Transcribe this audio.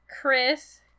Chris